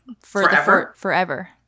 forever